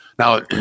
Now